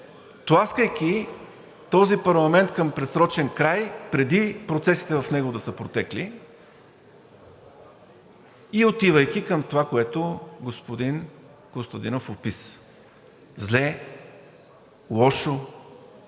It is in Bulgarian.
тласкайки този парламент към предсрочен край преди процесите в него да са протекли и отивайки към това, което господин Костадинов описа – зле, лошо